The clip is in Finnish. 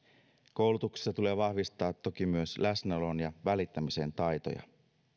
koulutuksessa tulee vahvistaa toki myös läsnäolon ja välittämisen taitoja